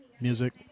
music